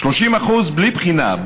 ו-30% בלי בחינה.